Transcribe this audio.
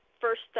first